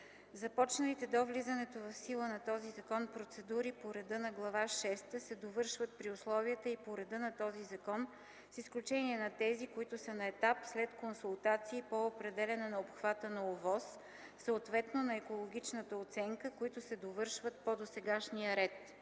Започналите до влизането в сила на този закон процедури по реда на Глава шеста се довършват при условията и по реда на този закон с изключение на тези, които са на етап след консултации по определяне на обхвата на ОВОС, съответно на екологичната оценка, които се довършват по досегашния ред.